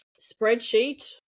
spreadsheet